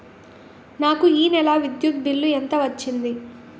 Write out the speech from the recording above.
నాకు ఈ నెల విద్యుత్ బిల్లు ఎంత వచ్చింది?